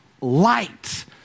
light